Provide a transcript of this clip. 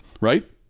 right